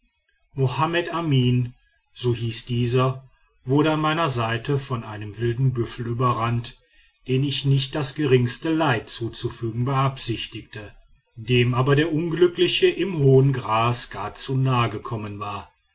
mohammed amin so hieß dieser wurde an meiner seite von einem wilden büffel überrannt dem ich nicht das geringste leid zuzufügen beabsichtigte dem aber der unglückliche im hohen gras gar zu nahe gekommen war